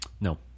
No